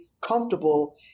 comfortable